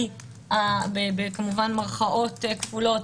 כמובן במירכאות כפולות,